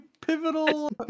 pivotal